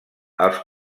els